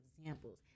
examples